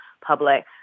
public